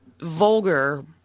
vulgar